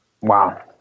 Wow